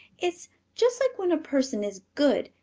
it's just like when a person is good.